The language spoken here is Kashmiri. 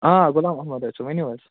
آ غلام احمد حظ چھ ؤنِو حظ